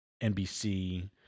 NBC